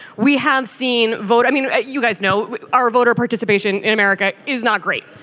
we have seen vote. i mean you guys know our voter participation in america is not great.